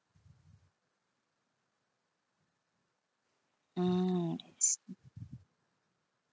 mm